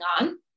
on